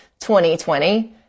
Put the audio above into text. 2020